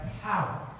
power